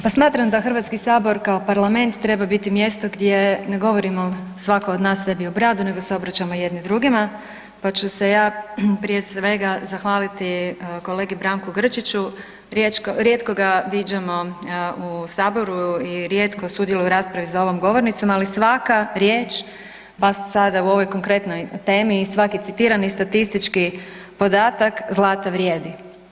Pa smatram da HS kao parlament treba biti mjesto gdje ne govorimo svako od nas sebi u bradu nego se obraćamo jedni drugima, pa ću se ja prije svega, zahvaliti kolegi Branku Grčiću, rijetko ga viđamo u Saboru i rijetko sudjeluje u raspravi za ovom govornicom, ali svaka riječ, pa sada u ovoj konkretnoj temi i svaki citirani statistički podatak zlata vrijedi.